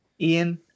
Ian